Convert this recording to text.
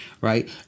right